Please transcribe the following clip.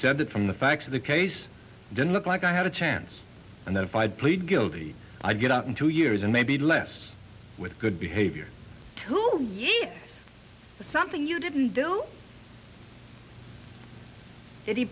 said that from the facts of the case didn't look like i had a chance and that if i'd plead guilty i'd get up in two years and maybe less with good behavior to see something you didn't do it he